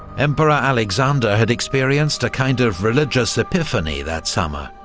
emperor alexander had experienced a kind of religious epiphany that summer,